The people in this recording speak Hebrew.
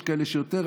יש כאלה שיותר,